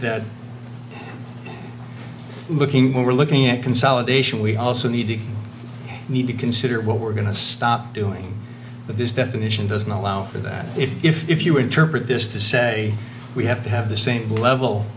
that looking we're looking at consolidation we also need to need to consider what we're going to stop doing with this definition doesn't allow for that if you interpret this to say we have to have the same level